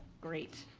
great.